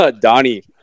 donnie